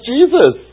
Jesus